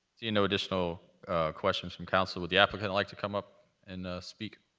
you know additional questions from council, would the applicant like to come up and speak?